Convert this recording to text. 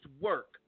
work